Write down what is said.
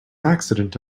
accident